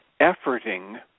efforting